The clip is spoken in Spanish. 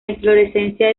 inflorescencia